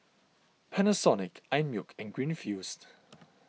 Panasonic Einmilk and Greenfields